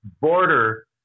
border